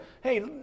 hey